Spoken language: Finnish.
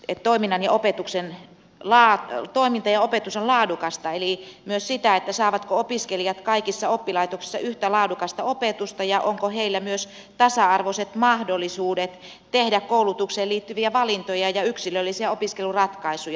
e toiminnan ja opetuksen sitä että toiminta ja opetus ovat laadukasta eli myös sitä saavatko opiskelijat kaikissa oppilaitoksissa yhtä laadukasta opetusta ja onko heillä myös tasa arvoiset mahdollisuudet tehdä koulutukseen liittyviä valintoja ja yksilöllisiä opiskeluratkaisuja